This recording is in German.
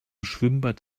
schwimmbad